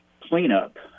cleanup